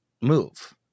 move